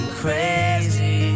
crazy